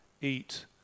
eat